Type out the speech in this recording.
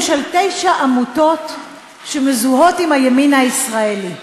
של תשע עמותות שמזוהות עם הימין הישראלי.